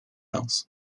else